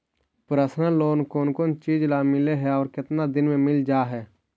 Personal loan कोन कोन चिज ल मिल है और केतना दिन में मिल जा है?